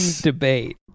debate